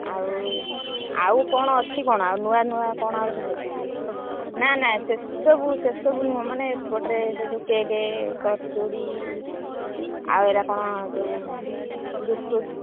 ଆଉ ଆଉ କ'ଣ ଅଛି କ'ଣ ଆଉ ନୂଆ ନୂଆ କ'ଣ ଆଉ ସବୁ ଅଛି ନା ନା ସେସବୁ ସେସବୁ ନୁହଁ ମାନେ ଏପଟରେ ସେ ଯେଉଁ କେକେ କଚୁଡ଼ି ଆଉ ଏଗୁଡ଼ା କ'ଣ ଯେଉଁ ବିସ୍କୁଟ